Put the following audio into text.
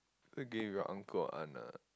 you going with your uncle or aunt ah